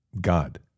God